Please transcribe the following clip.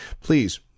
please